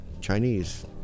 Chinese